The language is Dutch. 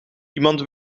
iemand